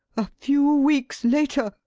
a few weeks later,